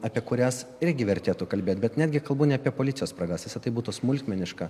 apie kurias irgi vertėtų kalbėt bet netgi kalbu ne apie policijos spragas visa tai būtų smulkmeniška